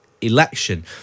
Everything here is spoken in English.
election